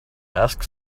ask